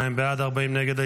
32 בעד, 40 נגד.